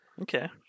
Okay